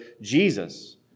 Jesus